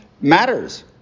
matters